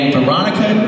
Veronica